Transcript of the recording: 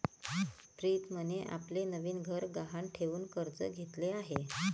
प्रीतमने आपले नवीन घर गहाण ठेवून कर्ज घेतले आहे